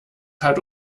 hat